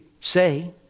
say